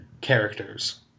characters